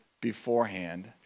beforehand